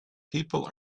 people